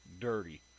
Dirty